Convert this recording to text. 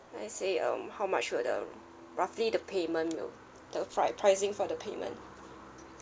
let's say um how much will the roughly the payment will the pri~ pricing for the payment